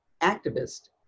activist